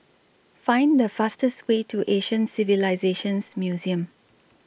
Find The fastest Way to Asian Civilisations Museum